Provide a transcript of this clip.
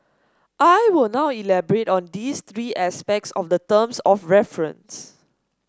I will now elaborate on these three aspects of the terms of reference